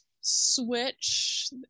switch